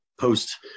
post